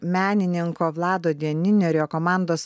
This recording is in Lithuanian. menininko vlado dieninio ir jo komandos